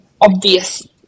obvious